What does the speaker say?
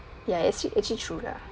ya actual~ actually true lah